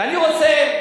ואני רוצה,